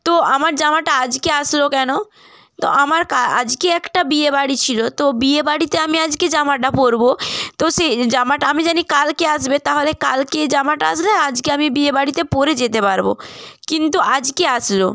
তো আমার জামাটা আজকে আসলো কেন তো আমার কা আজকে একটা বিয়ে বাড়ি ছিলো তো বিয়ে বাড়িতে আমি আজকে জামাটা পরবো তো সে জামাটা আমি জানি কালকে আসবে তাহলে কালকে এই জামাটা আসবে আর আজকে আমি বিয়ে বাড়িতে পরে যেতে পারবো কিন্তু আজকে আসলো